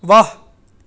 ਵਾਹ